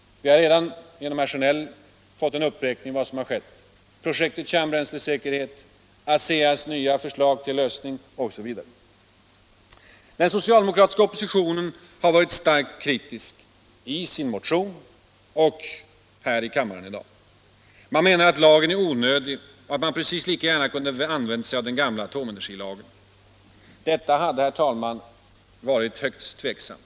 Vi har redan genom herr Sjönell fått en uppräkning av vad som skett: projektet Kärnbränslesäkerhet, ASEA:s nya förslag till lösning, osv. Den socialdemokratiska oppositionen har varit starkt kritisk till vill — Särskilt tillstånd att korslagen, i sin motion och här i dag i kammaren. Man menar att lagen = tillföra kärnreakär onödig och att vi precis lika gärna kunde ha använt oss av den gamla = tor kärnbränsle, atomenergilagen. Detta hade, herr talman, varit högst tveksamt.